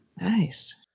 Nice